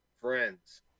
friends